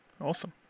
awesome